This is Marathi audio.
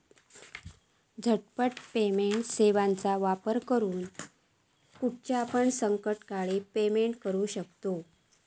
झटपट पेमेंट सेवाचो वापर करून खायच्यापण संकटकाळी पेमेंट करू शकतांव